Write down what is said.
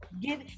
give